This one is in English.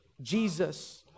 Jesus